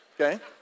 okay